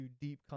deep